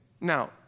Now